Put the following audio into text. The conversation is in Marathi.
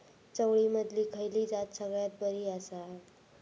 चवळीमधली खयली जात सगळ्यात बरी आसा?